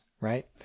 right